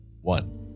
one